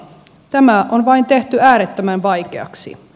tämä on vain tehty äärettömän vaikeaksi